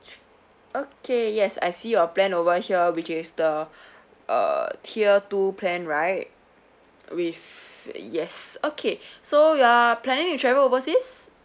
okay yes I see your plan over here which is the uh tier two plan right with yes okay so you're planning to travel overseas